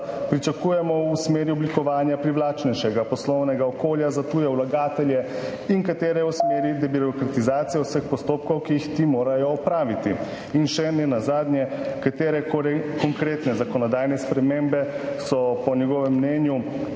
pričakujemo v smeri oblikovanja privlačnejšega poslovnega okolja za tuje vlagatelje in katere v smeri debirokratizacije vseh postopkov, ki jih ti morajo opraviti? Katere konkretne zakonodajne spremembe so po njegovem mnenju